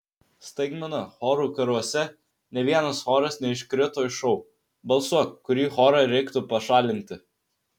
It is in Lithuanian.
staigmena chorų karuose nė vienas choras neiškrito iš šou balsuok kurį chorą reiktų pašalinti